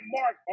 mark